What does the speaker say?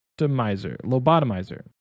Lobotomizer